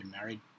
married